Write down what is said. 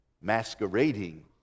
masquerading